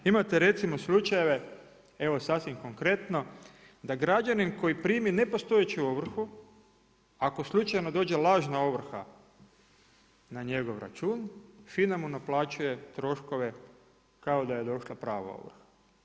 Imate recimo slučajeve evo sasvim konkretno da građanin primi nepostojeću ovrhu, ako slučajno dođe lažna ovrha na njegov račun FINA mu naplaćuje troškove kao da je došla prava ovrha.